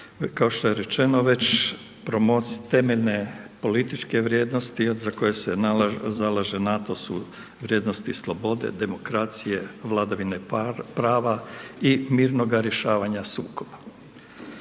Kao što je rečeno već temeljne političke vrijednosti za koje se zalaže NATO, su vrijednosti slobode, demokracije, vladavine prava i mirnoga rješavanja sukoba.